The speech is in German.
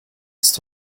ist